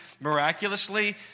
miraculously